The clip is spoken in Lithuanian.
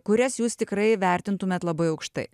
kurias jūs tikrai vertintumėt labai aukštai